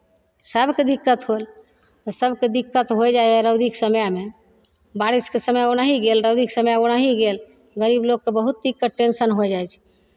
सभकेँ दिक्कत होल सभकेँ दिक्कत होय जाइए रौदीक समयमे बारिशके समय ओनाही गेल रौदीक समय ओनाही गेल गरीब लोककेँ बहुत दिक्कत टेंशन होय जाइ छै